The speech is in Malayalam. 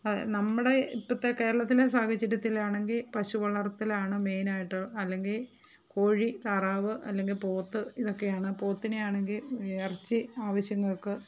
നമ്മുടെ ഇപ്പോഴത്തെ കേരളത്തിലെ സാഹചര്യത്തിലാണെങ്കിൽ പശു വളർത്തലാണ് മെയിനായിട്ട് അല്ലെങ്കിൽ കോഴി താറാവ് അല്ലെങ്കിൽ പോത്ത് ഇതൊക്കെയാണ് പോത്തിനെ ആണെങ്കിൽ ഇറച്ചി ആവശ്യങ്ങൾക്ക്